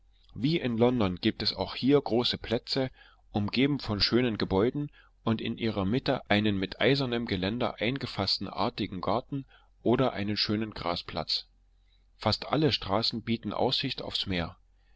wie in london gibt es auch hier große plätze umgeben von schönen gebäuden und in ihrer mitte einen mit eisernem geländer eingefaßten artigen garten oder einen schönen grasplatz fast alle straßen bieten aussicht auf's meer